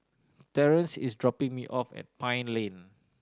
Terance is dropping me off at Pine Lane